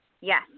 yes